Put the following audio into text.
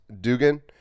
Dugan